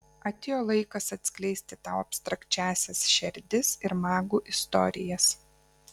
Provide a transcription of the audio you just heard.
atėjo laikas atskleisti tau abstrakčiąsias šerdis ir magų istorijas